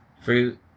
fruit